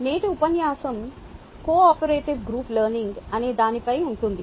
నేటి ఉపన్యాసం cooperative group learning అనే దానిపై ఉంటుంది